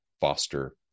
foster